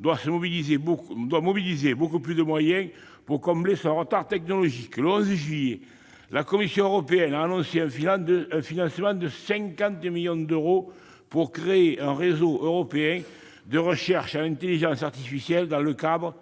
doit mobiliser beaucoup plus de moyens pour combler son retard technologique. Le 11 juillet dernier, la Commission européenne a annoncé un financement de 50 millions d'euros pour créer un réseau européen de recherche en intelligence artificielle, dans le cadre